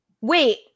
Wait